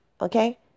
okay